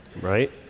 right